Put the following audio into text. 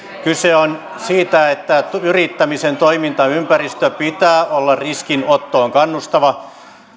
kyse on siitä että yrittämisen toimintaympäristö pitää olla riskinottoon kannustava